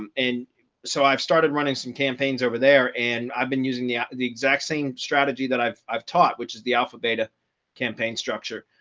um and so i've started running some campaigns over there. and i've been using yeah the exact same strategy that i've i've taught, which is the alpha beta campaign structure.